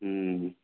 ꯎꯝ